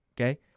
okay